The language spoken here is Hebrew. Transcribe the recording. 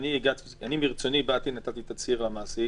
אני מרצוני באתי, נתתי תצהיר למעסיק